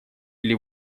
или